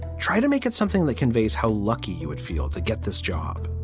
try to make it something that conveys how lucky you would feel to get this job